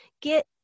get